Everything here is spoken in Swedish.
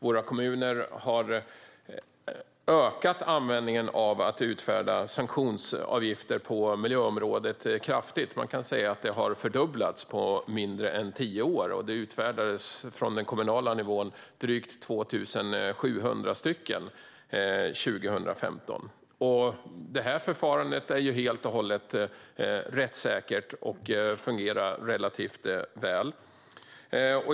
Våra kommuner har kraftigt ökat användningen av sanktionsavgifter på miljöområdet. Man kan säga att detta har fördubblats på mindre än tio år. På den kommunala nivån utfärdades det drygt 2 700 sanktionsavgifter år 2015. Det förfarandet är helt och hållet rättssäkert och fungerar relativt väl.